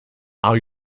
are